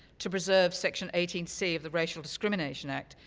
to preserve section eighteen c of the racial discrimination act,